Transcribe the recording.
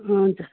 हुन्छ